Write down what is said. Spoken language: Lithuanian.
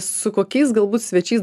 su kokiais galbūt svečiais